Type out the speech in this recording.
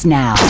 now